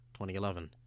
2011